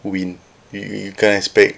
win you you you can't expect